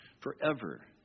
forever